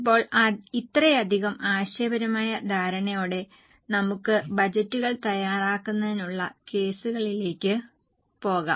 ഇപ്പോൾ ഇത്രയധികം ആശയപരമായ ധാരണയോടെ നമുക്ക് ബജറ്റുകൾ തയ്യാറാക്കുന്നതിനുള്ള കേസുകളിലേക്ക് പോകാം